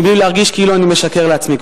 מבלי להרגיש כאילו אני משקר לעצמי,